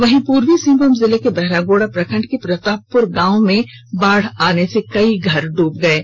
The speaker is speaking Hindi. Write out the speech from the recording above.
वहीं पूर्वी सिंहभूम जिले के बहरागोड़ा प्रखंड के प्रतापपुर गांव में बाढ़ आने से कई घर डूबे हुए हैं